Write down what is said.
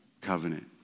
covenant